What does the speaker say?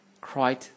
cried